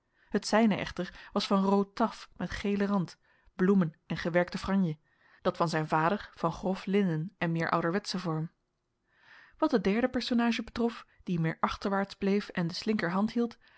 het zijne echter was van rood taf met gelen rand bloemen en gewerkte franje dat van zijn vader van grof linnen en meer ouderwetschen vorm wat de derde personage betrof die meer achterwaarts bleef en de slinkerhand hield